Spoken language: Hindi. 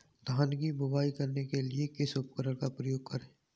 धान की बुवाई करने के लिए किस उपकरण का उपयोग करें?